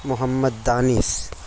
محمد دانش